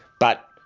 but,